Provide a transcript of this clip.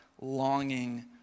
longing